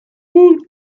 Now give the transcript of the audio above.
woot